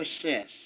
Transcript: process